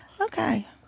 Okay